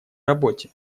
работе